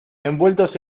envueltos